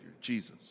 Jesus